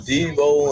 Devo